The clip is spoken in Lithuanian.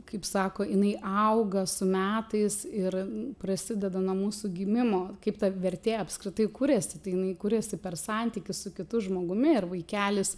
kaip sako jinai auga su metais ir prasideda nuo mūsų gimimo kaip ta vertė apskritai kuriasi tai jinai kuriasi per santykius su kitu žmogumi ir vaikelis